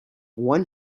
one